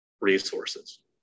resources